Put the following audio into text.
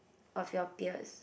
of your peers